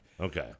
Okay